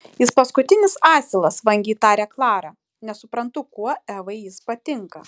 jis paskutinis asilas vangiai taria klara nesuprantu kuo evai jis patinka